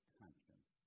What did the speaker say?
conscience